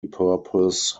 purpose